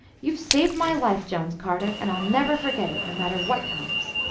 you've saved my life, jones carter, and i'll never forget it, no matter what comes,